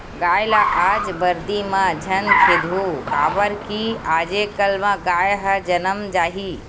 गाय ल आज बरदी म झन खेदहूँ काबर कि आजे कल म गाय ह जनम जाही